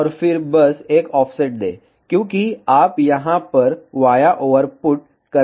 और फिर बस एक ऑफसेट दें क्योंकि आप यहां पर वाया ओवर पुट करना चाहते हैं